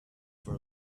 for